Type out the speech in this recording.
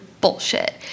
bullshit